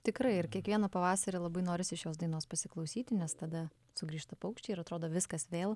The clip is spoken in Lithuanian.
tikrai ir kiekvieną pavasarį labai norisi šios dainos pasiklausyti nes tada sugrįžta paukščiai ir atrodo viskas vėl